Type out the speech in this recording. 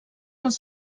els